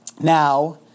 Now